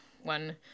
One